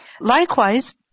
Likewise